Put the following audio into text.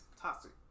toxic